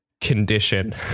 condition